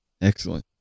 Excellent